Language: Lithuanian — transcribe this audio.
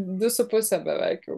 du su puse beveik jau